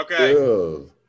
Okay